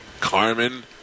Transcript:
Carmen